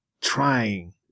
trying